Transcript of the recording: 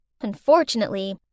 Unfortunately